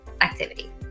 activity